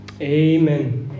amen